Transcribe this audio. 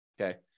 okay